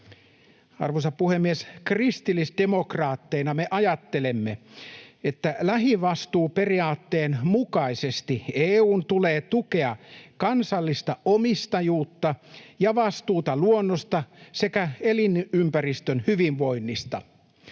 Arvoisa puhemies! Kristillisdemokraatteina me ajattelemme, että lähivastuuperiaatteen mukaisesti EU:n tulee tukea kansallista omistajuutta ja vastuuta luonnosta sekä elinympäristön hyvinvoinnista.